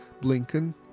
Blinken